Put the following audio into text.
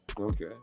Okay